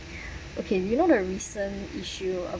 okay you know the recent issue